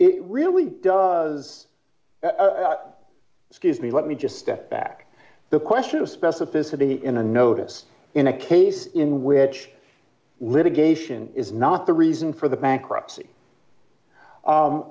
it really does excuse me let me just step back the question of specificity in a notice in a case in which litigation is not the reason for the bankruptcy